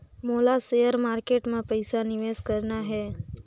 मोला share market मां पइसा निवेश करना हे?